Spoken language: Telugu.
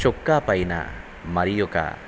చొక్కా పైన మరియొక